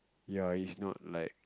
ya it's not like